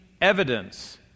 evidence